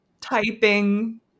typing